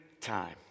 time